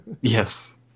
Yes